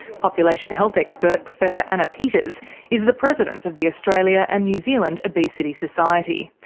population health expert professor anna peeters is the president of the australia and new zealand obesity society.